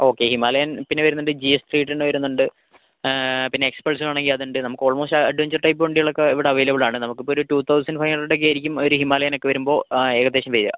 okay Himalayan പിന്നെ വരുന്നുണ്ട് GS three ടെന്ന് വരുന്നുണ്ട് പിന്നെ എക്സ്പൾസ് വേണമെങ്കിൽ അത് ഉണ്ട് നമുക്ക് ഓൾമോസ്റ്റ് അഡ്വഞ്ചർ ടൈപ്പ് വണ്ടികളൊക്കെ ഇവിടെ അവൈലബിൾ ആണ് നമുക്ക് ഇപ്പം ഒര് ടു തൗസൻഡ് ഫൈവ് ഹണ്ട്രഡ് ഒക്കെ ആയിരിക്കും ഒര് ഹിമാലയൻ ഒക്ക വെരുമ്പോൾ ഏകദേശം വരിക